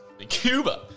Cuba